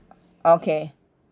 okay